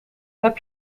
heb